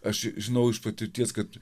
aš žinau iš patirties kad